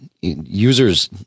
Users